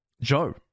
Joe